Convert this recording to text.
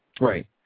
Right